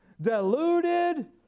deluded